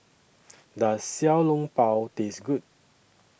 Does Xiao Long Bao Taste Good